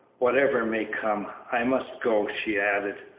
whatever may come. i must go, she added,